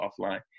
offline